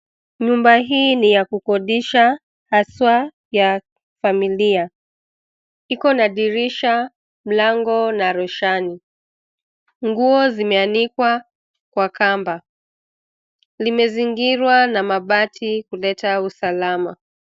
Nyumba hii ni ya kukodisha haswaa ya familia. Iko na dirisha, mlango na roshani. Nguo zimeanikwa kwa kamba. Limezingirwa na mabati kuleta usalama.